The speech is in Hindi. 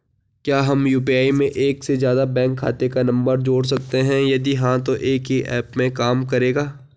क्या हम यु.पी.आई में एक से ज़्यादा बैंक खाते का नम्बर जोड़ सकते हैं यदि हाँ तो एक ही ऐप में काम करेगा?